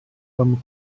beim